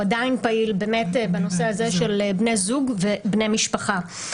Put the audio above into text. עדיין פעיל בנושא הזה של בני זוג ובני משפחה.